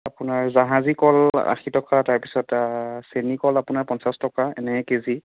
আপোনাৰ জাহাজী কল আশী টকা তাৰপিছত চেনী কল আপোনাৰ পঞ্চাশ টকা এনেই কেজি